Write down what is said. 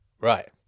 Right